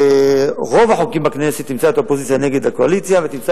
ברוב החוקים בכנסת תמצא את האופוזיציה נגד הקואליציה ותמצא